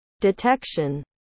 detection